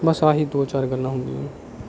ਬਸ ਆਹੀ ਦੋ ਚਾਰ ਗੱਲਾਂ ਹੁੰਦੀਆਂ